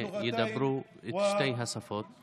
ידברו את שתי השפות